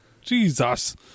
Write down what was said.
jesus